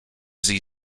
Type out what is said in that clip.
see